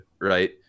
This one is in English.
right